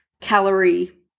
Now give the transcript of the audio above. calorie